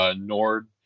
Nord